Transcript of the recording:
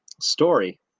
story